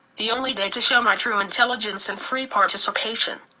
the only day to show my true intelligence and free participation.